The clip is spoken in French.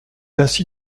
ainsi